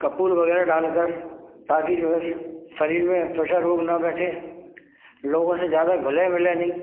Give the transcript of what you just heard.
कपूर वगैरह डाल कर ताकि जो है शरीर में त्वचा रोग न बैठे लोगों से ज्यादा घुले मिलें नहीं